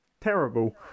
terrible